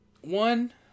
one